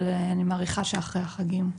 אבל אני מעריכה שאחרי החגים.